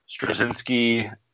Straczynski